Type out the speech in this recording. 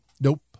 nope